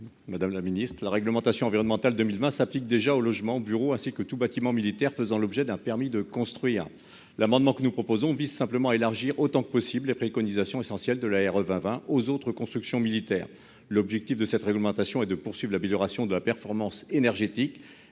Madame la Ministre la réglementation environnementale 2020 s'applique déjà aux logements bureaux ainsi que tout bâtiment militaire faisant l'objet d'un permis de construire. L'amendement que nous proposons vise simplement élargir autant que possible les préconisations essentiel de la 20 20 aux autres constructions militaires. L'objectif de cette réglementation et de poursuivre l'amélioration de la performance énergétique